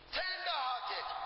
tender-hearted